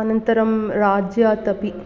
अनन्तरं राज्यात् अपि